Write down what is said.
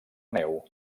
neu